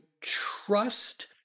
trust